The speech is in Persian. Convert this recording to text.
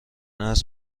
است